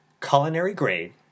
culinary-grade